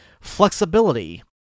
flexibility